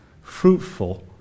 fruitful